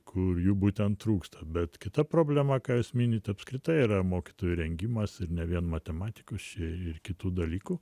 kur jų būtent trūksta bet kita problema ką jūs minit apskritai yra mokytojų rengimas ir ne vien matematikos čia ir kitų dalykų